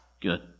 good